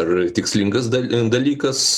ar tikslingas dal dalykas